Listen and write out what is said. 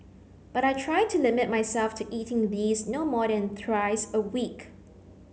but I try to limit myself to eating these no more than thrice a week